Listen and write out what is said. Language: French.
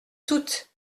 toutes